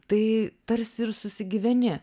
tai tarsi ir susigyveni